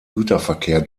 güterverkehr